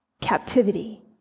captivity